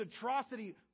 atrocity